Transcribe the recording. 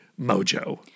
Mojo